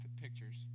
pictures